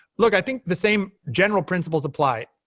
look, i think the same general principles apply,